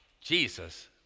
Jesus